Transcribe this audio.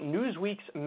Newsweek's